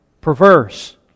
Perverse